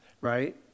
right